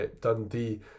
Dundee